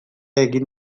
egin